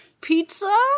Pizza